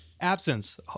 Absence